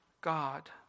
God